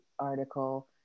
article